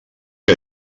que